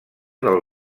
del